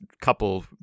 couple